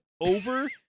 over